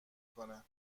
کنه